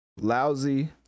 lousy